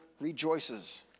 rejoices